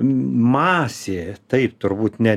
masė taip turbūt ne